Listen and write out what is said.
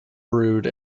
brood